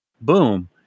Boom